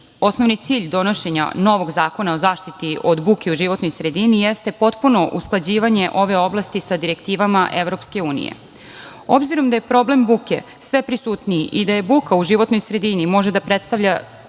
sredini. Osnovni cilj donošenja novog zakona o zaštiti od buke u životnoj sredini jeste potpuno usklađivanje ove oblasti sa direktivama Evropske unije. Obzirom da je problem buke sve prisutniji i da buka u životnoj sredini može da predstavlja